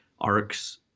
arcs